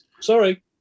Sorry